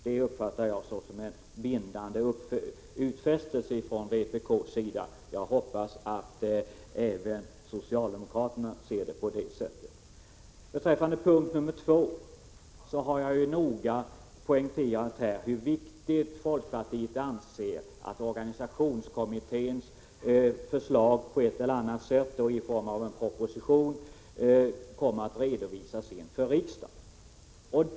Det uppfattar jag som en bindande utfästelse från vpk:s sida, och jag hoppas att även socialdemokraterna ser saken på detta sätt. Beträffande punkt nr 2 har jag noga poängterat hur viktigt folkpartiet anser det vara att organisationskommitténs förslag kommer att redovisas inför riksdagen i form av en proposition.